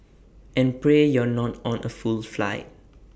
and pray you're not on A full flight